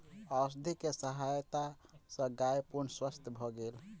औषधि के सहायता सॅ गाय पूर्ण स्वस्थ भ गेल